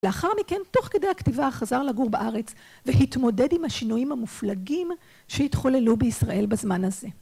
לאחר מכן, תוך כדי הכתיבה חזר לגור בארץ והתמודד עם השינויים המופלגים שהתחוללו בישראל בזמן הזה.